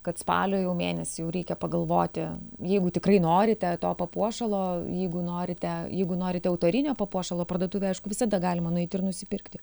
kad spalio jau mėnesį jau reikia pagalvoti jeigu tikrai norite to papuošalo jeigu norite jeigu norite autorinio papuošalo parduotuvėj aišku visada galima nueiti ir nusipirkti